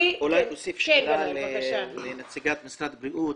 מירב, אולי נוסיף שאלה לנציגת משרד הבריאות.